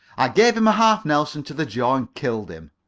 i gave him a half-nelson to the jaw and killed him,